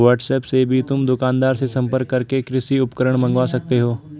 WhatsApp से भी तुम दुकानदार से संपर्क करके कृषि उपकरण मँगवा सकते हो